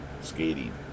skating